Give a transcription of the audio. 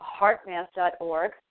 heartmath.org